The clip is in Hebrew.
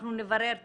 אנחנו נברר תיכף.